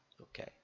Okay